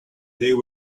there